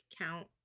count